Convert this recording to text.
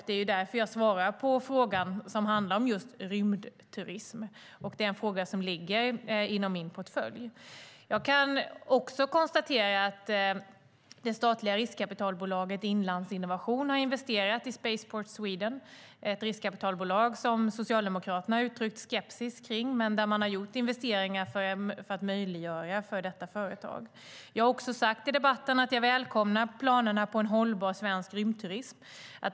Det är därför jag svarar på frågan som handlar om rymdturism. Det är en fråga som ligger i min portfölj. Jag kan också konstatera att det statliga riskkapitalbolaget Inlandsinnovation har investerat i Spaceport Sweden. Det är ett riskkapitalbolag som Socialdemokraterna har uttryckt skepsis mot, men man har gjort investeringar för att möjliggöra för detta företag. Jag har också sagt i debatten att jag välkomnar planerna på en hållbar svensk rymdturism.